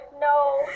no